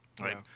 right